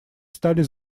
стали